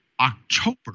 October